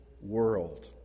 world